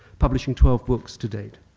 publishing twelve books to date.